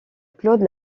claude